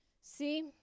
See